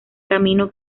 camino